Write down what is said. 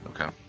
Okay